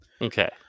Okay